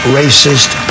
racist